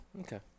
Okay